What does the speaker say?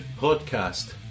podcast